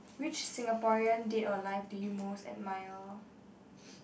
which Singaporean dead or alive do you most admire